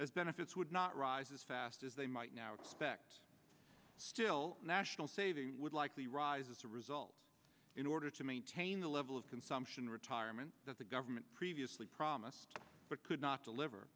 as benefits would not rise as fast as they might now expect still national saving would likely rise as a result in order to maintain the level of consumption retirement that the government previously promised but could not deliver